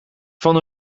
van